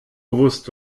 gewusst